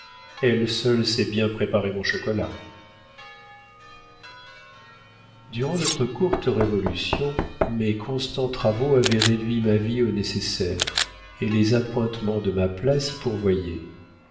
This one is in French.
elle seule sait bien préparer mon chocolat durant notre courte révolution mes constants travaux avaient réduit ma vie au nécessaire et les appointements de ma place y